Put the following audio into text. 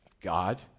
God